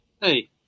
Hey